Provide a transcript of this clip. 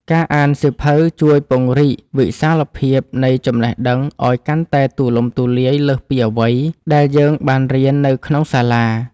ការអានសៀវភៅជួយពង្រីកវិសាលភាពនៃចំណេះដឹងឱ្យកាន់តែទូលំទូលាយលើសពីអ្វីដែលយើងបានរៀននៅក្នុងសាលា។